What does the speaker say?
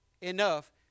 Enough